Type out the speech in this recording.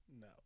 No